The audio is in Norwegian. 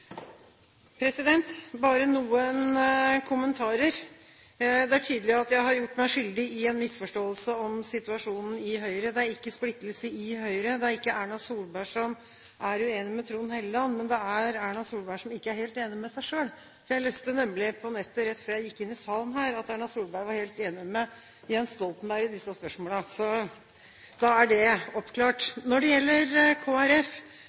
tydelig at jeg har gjort meg skyldig i en misforståelse om situasjonen i Høyre. Det er ikke splittelse i Høyre. Det er ikke Erna Solberg som er uenig med Trond Helleland, men det er Erna Solberg som ikke er helt enig med seg selv. Jeg leste nemlig på nettet rett før jeg gikk inn i salen at Erna Solberg er helt enig med Jens Stoltenberg i disse spørsmålene. Da er det